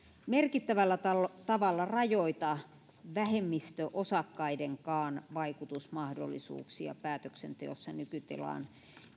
merkittävällä tavalla tavalla rajoita vähemmistöosakkaidenkaan vaikutusmahdollisuuksia päätöksenteossa nykytilaan